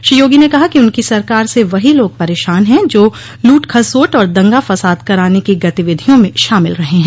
श्री योगी ने कहा कि उनकी सरकार से वहीं लोग परेशान है जो लूटखसोट और दंगा फसाद कराने की गतिविधियों में शामिल रहे हैं